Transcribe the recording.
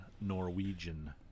Norwegian